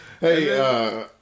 Hey